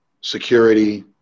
security